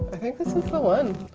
i think this is the one